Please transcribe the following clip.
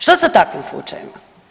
Što sa takvim slučajevima?